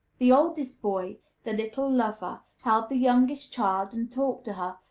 the oldest boy the little lover held the youngest child, and talked to her,